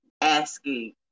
asking